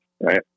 right